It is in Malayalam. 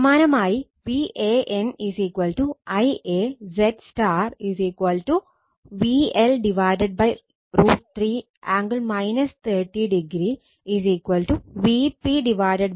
സമാനമായി VAN Ia ZY VL √ 3 angle 30o Vp √ 3 angle 30o